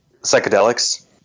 psychedelics